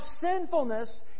sinfulness